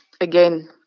again